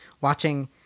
watching